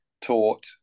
taught